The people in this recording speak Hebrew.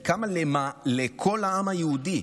היא קמה לכל העם היהודי.